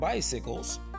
Bicycles